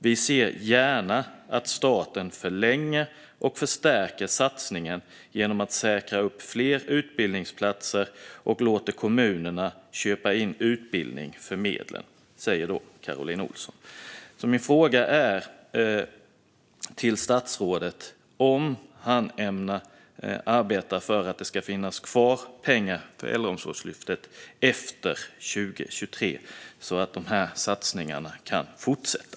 Vi ser gärna att staten förlänger och förstärker satsningen genom att säkra upp fler utbildningsplatser och låta kommunerna köpa in utbildning för medlen." Min fråga till statsrådet är om han ämnar arbeta för att det ska finnas kvar pengar till Äldreomsorgslyftet efter 2023, så att dessa satsningar kan fortsätta.